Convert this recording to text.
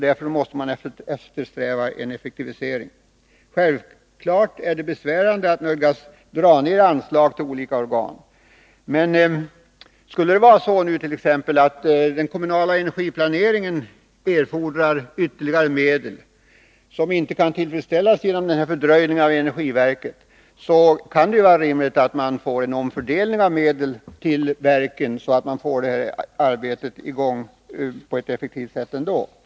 Därför måste man eftersträva en effektivisering. Näringspolitiken Självfallet är det besvärande att nödgas dra ned på anslagen till olika organ. Men skulle det nu vara så att t.ex. den kommunala energiplaneringen erfordrar ytterligare medel och det inte kan förverkligas på grund av fördröjningen i fråga om energiverket, kan det vara rimligt med en omfördelning av medel till verket så att arbetet åtminstone kan komma i gång och bli effektivt.